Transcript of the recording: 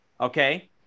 okay